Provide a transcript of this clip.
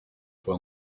fue